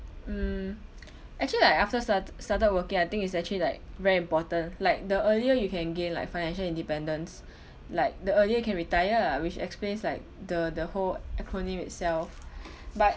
mm actually like after starte~ started working I think is actually like very important like the earlier you can gain like financial independence like the earlier you can retire ah which explains like the the whole acronym itself but